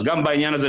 אז גם בעניין הזה,